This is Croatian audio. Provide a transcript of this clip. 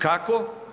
Kako?